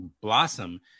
blossom